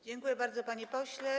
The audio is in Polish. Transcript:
Dziękuję bardzo, panie pośle.